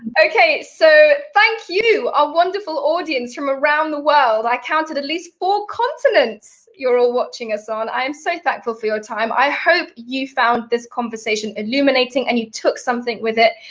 okay so thank you, our wonderful audience from around the world. i counted at least four continents, you're all watching us on. i am so thankful for your time. i hope you found this conversation illuminating and you took something with it.